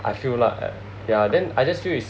I feel lah ya then I just feel it's